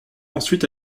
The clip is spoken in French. ensuite